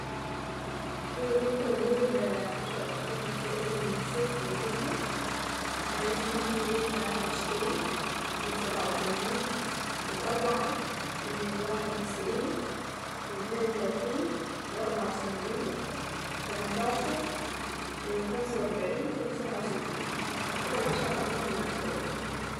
ايوة ممكن اقول عشر ارقام عشوائية من صفر لمية مثلا ممكن نقول تلاتة وعشرين من سبعة وتمانين. واربعة وواحد وتسعين واتنين وتلاتين واربعة وسبعين ثمان عشر وخمسة واربعين وسبعة وستين كده العشر ارقام العشوائية.